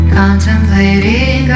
contemplating